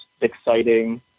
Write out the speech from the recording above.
exciting